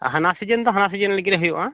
ᱦᱟᱱᱟ ᱥᱤᱡᱮᱱ ᱫᱚ ᱦᱟᱱᱟ ᱥᱤᱡᱮᱱ ᱞᱟᱹᱜᱤᱫ ᱦᱩᱭᱩᱜᱼᱟ